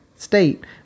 state